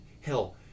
Hell